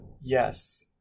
yes